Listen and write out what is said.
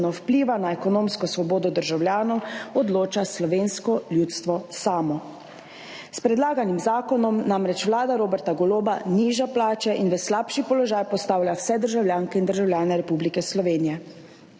vpliva na ekonomsko svobodo državljanov, odloča slovensko ljudstvo samo. S predlaganim zakonom namreč Vlada Roberta Goloba niža plače in v slabši položaj postavlja vse državljanke in državljane Republike Slovenije,